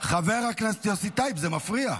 זה מפריע.